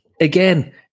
again